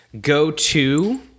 go-to